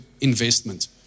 investment